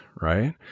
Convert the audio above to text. right